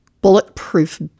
bulletproof